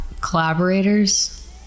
collaborators